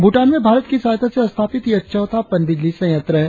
भूटान में भारत की सहायता से स्थापित यह चौथा पनबिजली सयंत्र है